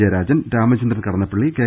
Jayarajan Ramachandran Kadannappally K